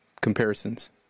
comparisons